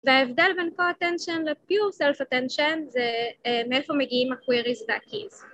וההבדל בין co-attention ל- pure self-attention זה מאיפה מגיעים ה-queries וה- keys.